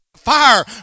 fire